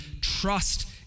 trust